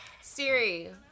Siri